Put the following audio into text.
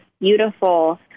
beautiful